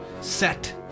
set